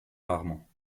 rarement